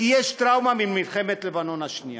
כי יש טראומה ממלחמת לבנון השנייה.